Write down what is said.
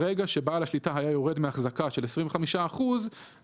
ברגע שבעל השליטה היה יורד מהחזקה של 25% הייתה